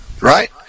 Right